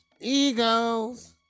Eagles